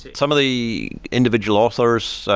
some of the individual authors,